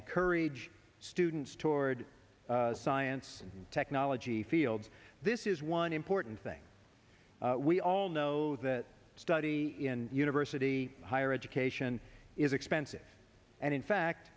encourage students toward science and technology fields this is one important thing we all know that study in university higher education is expensive and in fact